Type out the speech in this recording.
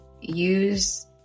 use